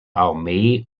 armee